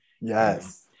Yes